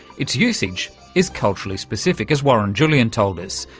its usage is culturally-specific, as warren julian told us,